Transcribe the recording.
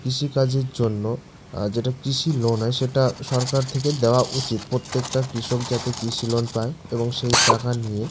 কৃষিকাজের জন্য যেটা কৃষির লোন হয় সেটা সরকার থেকে দেওয়া উচিত প্রত্যেকটা কৃষক যাতে কৃষি লোন পান এবং সেই টাকা নিয়ে